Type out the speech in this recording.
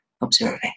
observing